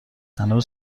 هنوز